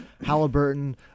Halliburton